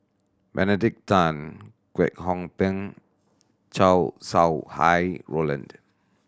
Benedict Tan Kwek Hong Png Chow Sau Hai Roland